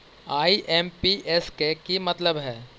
IMPS के कि मतलब है?